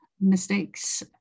mistakes